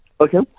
Okay